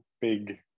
big